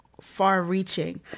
far-reaching